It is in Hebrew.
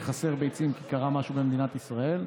כי חסרות ביצים כי קרה משהו במדינת ישראל,